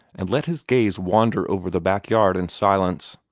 and let his gaze wander over the backyard in silence.